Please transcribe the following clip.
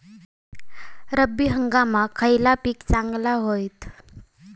रब्बी हंगामाक खयला पीक चांगला होईत?